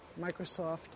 Microsoft